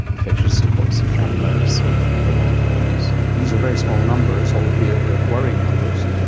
infectious syphilis and trichomonas in remote communities. these are very small numbers, albeit they are worrying numbers.